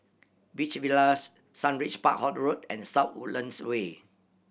Beach Villas Sundridge Park Road and South Woodlands Way